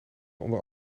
onder